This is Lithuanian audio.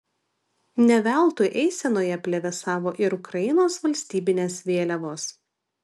ne veltui eisenoje plevėsavo ir ukrainos valstybinės vėliavos